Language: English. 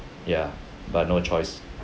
ya but no choice